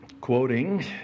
Quoting